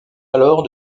alors